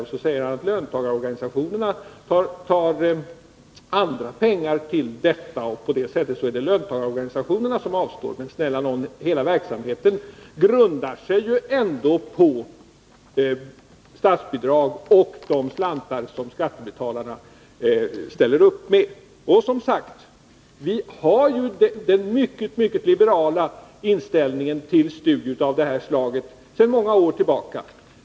Han säger vidare att löntagarorganisationerna tar andra pengar till detta, och på det sättet är det löntagarorganisationerna som avstår pengar. Men hela verksamheten grundar sig ju ändå på statsbidrag och de slantar som skattebetalarna ställer upp med. Och, som sagt: Vi har ju en mycket liberal inställning till studier av detta slag sedan många år tillbaka.